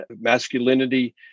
masculinity